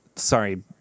Sorry